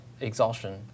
exhaustion